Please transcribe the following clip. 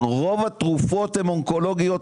רוב התרופות הן אונקולוגיות,